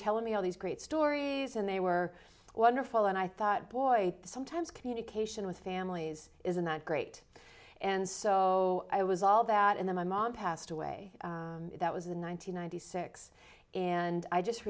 telling me all these great stories and they were wonderful and i thought boy sometimes communication with families isn't that great and so i was all that and the my mom passed away that was in one thousand nine hundred six and i just